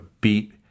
beat